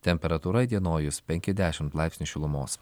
temperatūra įdienojus penki dešimt laipsnių šilumos